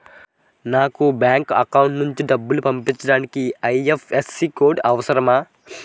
నా bank account నుంచి డబ్బు పంపించడానికి ఐ.ఎఫ్.ఎస్.సి కోడ్ అవసరమా?